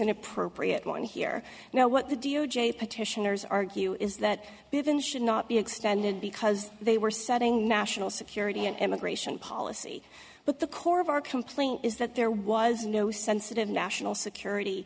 an appropriate one here now what the d o j petitioners argue is that they haven't should not be extended because they were setting national security and immigration policy but the core of our complaint is that there was no sensitive national security